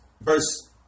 Verse